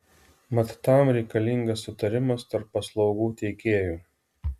mat tam reikalingas sutarimas tarp paslaugų teikėjų